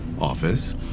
office